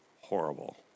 horrible